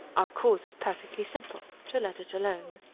our course is perfectly simple, to let it alone.